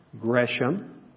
Gresham